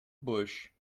bush